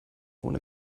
ohne